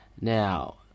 Now